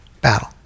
battle